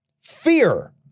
Fear